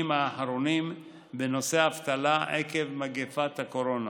האחרונים בנושא אבטלה עקב מגפת הקורונה,